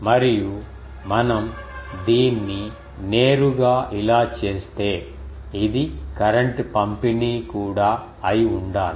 మరియు మనం దీన్ని నేరుగా ఇలా చేస్తే ఇది కరెంట్ పంపిణీ కూడా అయి ఉండాలి